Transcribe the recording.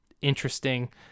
interesting